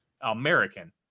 American